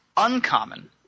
Uncommon